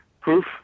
proof